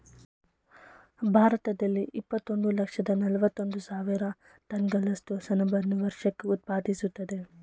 ಭಾರತದಲ್ಲಿ ಇಪ್ಪತ್ತೊಂದು ಲಕ್ಷದ ನಲವತ್ತು ಸಾವಿರ ಟನ್ಗಳಷ್ಟು ಸೆಣಬನ್ನು ವರ್ಷಕ್ಕೆ ಉತ್ಪಾದಿಸ್ತದೆ